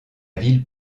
ville